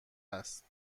است